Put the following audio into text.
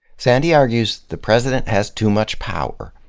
sandy argues the president has too much power,